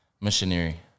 Missionary